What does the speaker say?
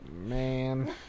man